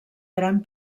gran